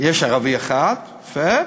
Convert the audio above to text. יש ערבי אחד, יפה,